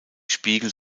spiegel